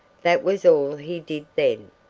that was all he did then.